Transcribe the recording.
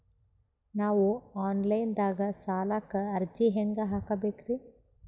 ನಾವು online ದಾಗ ಸಾಲಕ್ಕ ಅರ್ಜಿ ಹೆಂಗ ಹಾಕಬೇಕ್ರಿ?